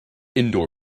indoor